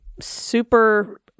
super